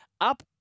up